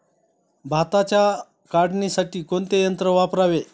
भाताच्या काढणीसाठी कोणते यंत्र वापरावे?